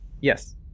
Yes